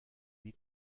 wie